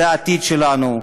זה העתיד שלנו,